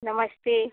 नमस्ते